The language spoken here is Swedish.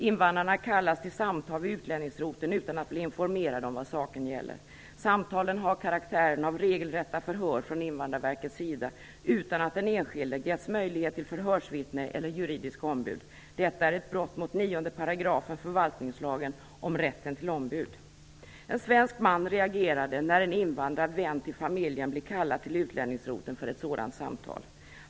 Invandrarna kallas till samtal vid utlänningsroteln utan att bli informerade om vad saken gäller. Samtalen har karaktären av regelrätta förhör från Invandrarverkets sida utan att den enskilde getts möjlighet till förhörsvittne eller juridiska ombud. Detta är ett brott mot 9 § förvaltningslagen om rätten till ombud. En svensk man reagerade när en invandrad vän till familjen blev kallad till utlänningsroteln för ett sådant samtal.